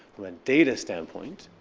when data standpoint,